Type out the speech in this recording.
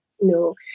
No